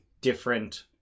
different